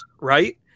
right